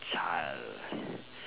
child